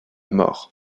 mort